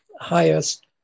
highest